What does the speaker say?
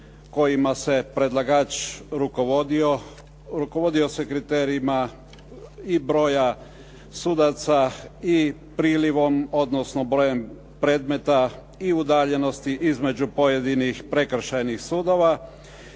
kojima se predlagač rukovodio. Rukovodio se kriterijima i broja sudaca i prilivom odnosno brojem predmeta i udaljenosti između pojedinih prekršajnih sudova.